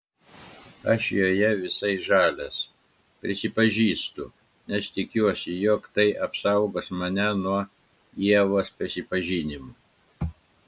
aš joje visai žalias prisipažįstu nes tikiuosi jog tai apsaugos mane nuo ievos prisipažinimų